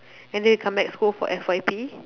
and then you come back school for F_Y_P